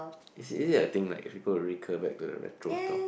is it is it a thing like people recur back to the retro style